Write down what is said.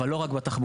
אבל לא רק בתחבורה.